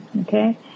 Okay